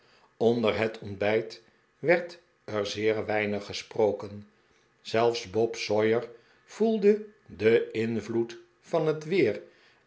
onder het ontbijt werd er zeer weinig gesproken zelfs bob sawyer voelde den invloed van het weer